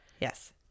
yes